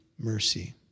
mercy